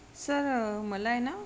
sir मला आहे ना